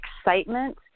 excitement